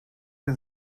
and